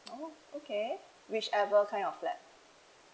oh okay whichever kind of flat